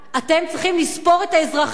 אתם צריכם לספור את האזרחים.